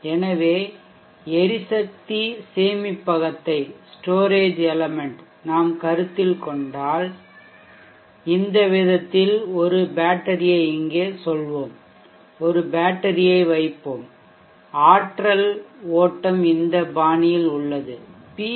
எனவே எரிசக்தி சேமிப்பகத்தை ஸ்டோரேஜ் எலெமென்ட் நாம் கருத்தில் கொண்டால் இந்த விதத்தில் ஒரு பேட்டரியை இங்கே சொல்வோம் ஒரு பேட்டரியை வைப்போம் ஆற்றல் ஓட்டம் இந்த பாணியில் உள்ளது பி